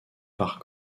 par